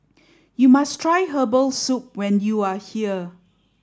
you must try Herbal Soup when you are here